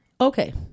okay